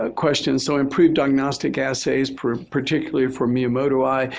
ah question. so, improved diagnostic assays particularly for miyamotoi,